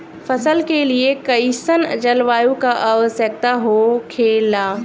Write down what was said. फसल के लिए कईसन जलवायु का आवश्यकता हो खेला?